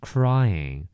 Crying